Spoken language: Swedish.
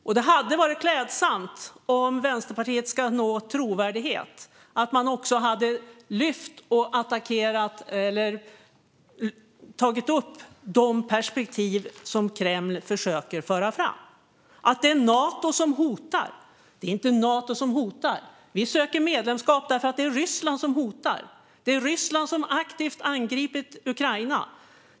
Om Vänsterpartiet ska nå trovärdighet hade det varit klädsamt om man också hade attackerat eller tagit upp de perspektiv som Kreml försöker föra fram och som går ut på att det är Nato som hotar. Det är inte Nato som hotar. Vi söker medlemskap därför att det är Ryssland som hotar. Det är Ryssland som aktivt angripit Ukraina.